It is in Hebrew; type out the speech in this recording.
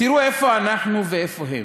תראו איפה אנחנו ואיפה הם,